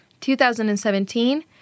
2017